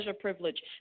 privilege